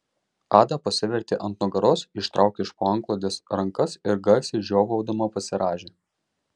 ada pasivertė ant nugaros ištraukė iš po antklodės rankas ir garsiai žiovaudama pasirąžė